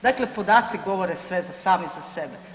Dakle, podaci govore sve sami za sebe.